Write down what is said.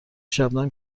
شبنم